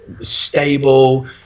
stable